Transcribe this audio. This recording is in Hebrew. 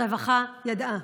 הרווחה ידעה,